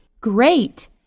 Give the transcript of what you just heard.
Great